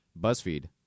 Buzzfeed